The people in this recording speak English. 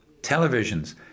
Televisions